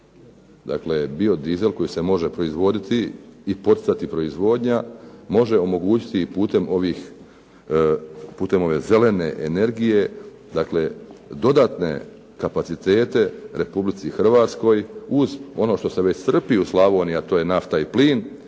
dakle biodizel koji se može proizvoditi i poticati proizvodnja, može omogućiti i putem ove zelene energije. Dakle, dodatne kapacitete Republici Hrvatskoj uz ono što se već crpi u Slavoniji, a to je nafta i plin